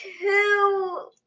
two